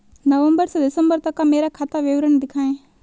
नवंबर से दिसंबर तक का मेरा खाता विवरण दिखाएं?